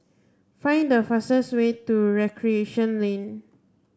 find the fastest way to Recreation Lane